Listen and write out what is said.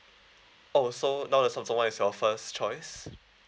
oh so now the samsung one is your first choice